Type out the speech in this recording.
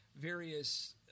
various